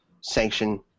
sanction